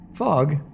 Fog